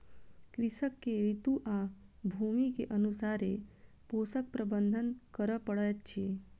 कृषक के ऋतू आ भूमि के अनुसारे पोषक प्रबंधन करअ पड़ैत अछि